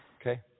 Okay